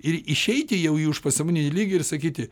ir išeiti jau jį už pasaulinio lygio ir sakyti